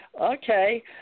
Okay